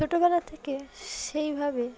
ছোটোবেলা থেকে সেইভাবে